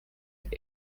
ate